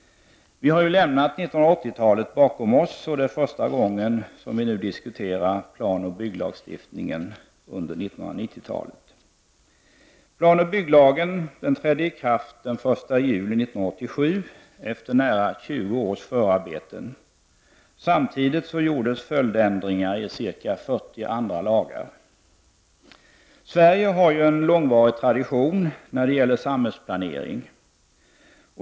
Vi har lämnat 1980-talet bakom oss, och det är nu första gången under 1990-talet som vi diskuterar planoch bygglagstiftningen. Planoch bygglagen trädde i kraft den 1 juli 1987 efter nära 20 års förarbeten. Samtidigt gjordes följdändringar i ca 40 andra lagar. Sverige har en långvarig tradition när det gäller samhällsplanering.